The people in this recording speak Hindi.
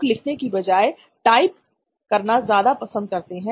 लोग लिखने की बजाए टाइप करना ज्यादा पसंद करते हैं